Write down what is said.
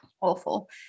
Awful